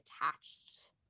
attached